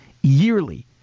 yearly